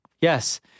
yes